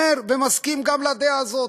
אומר, גם מסכים לדעה הזאת.